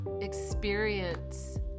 experience